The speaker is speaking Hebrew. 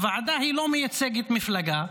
הוועדה לא מייצגת מפלגה,